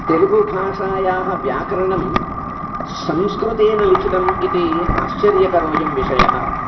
तेलुगुभाषायाः व्याकरणं संस्कृतेन लिखितम् इति आश्चर्यकरोऽयं विषयः